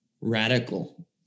radical